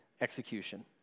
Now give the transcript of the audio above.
execution